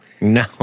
No